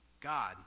God